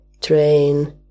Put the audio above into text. train